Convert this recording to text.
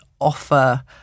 offer